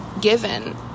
given